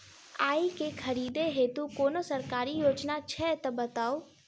आइ केँ खरीदै हेतु कोनो सरकारी योजना छै तऽ बताउ?